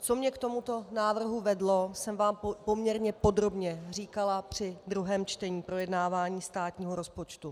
Co mě k tomuto návrhu vedlo, jsem vám poměrně podrobně říkala při druhém čtení projednávání státního rozpočtu.